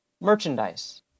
merchandise